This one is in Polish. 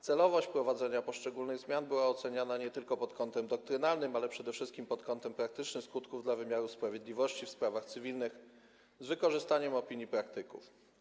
Celowość wprowadzenia poszczególnych zmian była oceniana nie tylko pod kątem doktrynalnym, lecz także pod kątem praktycznych skutków dla wymiaru sprawiedliwości w sprawach cywilnych z wykorzystaniem opinii praktyków.